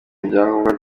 ibyangombwa